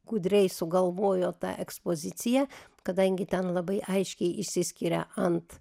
gudriai sugalvojo tą ekspoziciją kadangi ten labai aiškiai išsiskiria ant